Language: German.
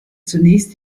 zunächst